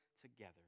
together